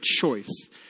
choice